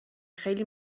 خیلی